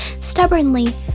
stubbornly